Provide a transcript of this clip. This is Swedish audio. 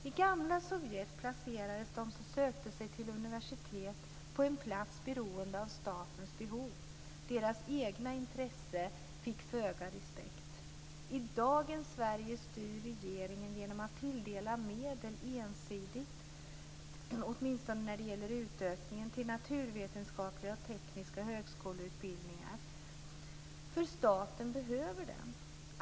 I gamla Sovjet placerades de som sökte sig till universitet på en plats beroende av statens behov. Deras egna intressen fick föga respekt. I dagens Sverige styr regeringen genom att tilldela medel ensidigt, åtminstone när det gäller utökningen till naturvetenskapliga och tekniska högskoleutbildningar därför att staten behöver dem.